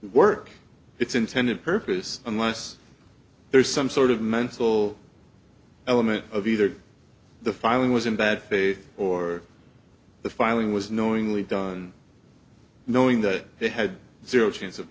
work its intended purpose unless there is some sort of mental element of either the filing was in that they or the filing was knowingly done knowing that they had zero chance of